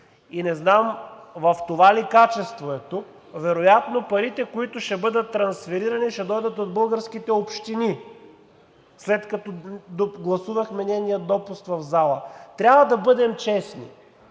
и не знам в това ли качеството е тук – вероятно парите, които ще бъдат трансферирани, ще дойдат от българските общини, след като гласувахме нейния допуск в залата. Трябва да бъдем честни